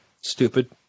stupid